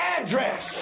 address